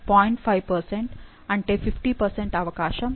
5 అంటే 50 అవకాశం ఉంది